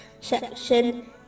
section